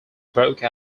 broke